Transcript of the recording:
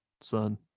son